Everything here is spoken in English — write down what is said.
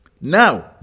now